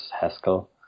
Haskell